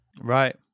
Right